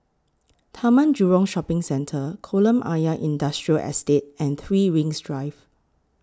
Taman Jurong Shopping Centre Kolam Ayer Industrial Estate and three Rings Drive